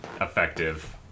effective